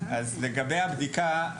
לגבי הבדיקה,